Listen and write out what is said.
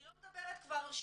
אני לא מדברת כבר,